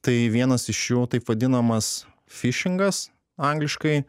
tai vienas iš jų taip vadinamas fišingas angliškai